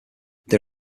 they